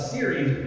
Series